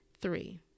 Three